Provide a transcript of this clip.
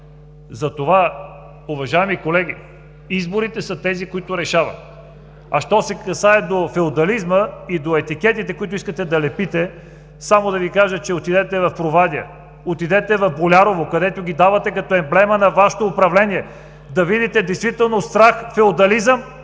Затова, уважаеми колеги, изборите са тези, които решават. А що се касае до феодализма и до етикетите, които искате да лепите, само да Ви кажа: отидете в Провадия, отидете в Болярово, където ги давате като емблема на Вашето управление, да видите действително страх от феодализъм.